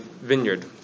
vineyard